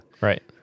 Right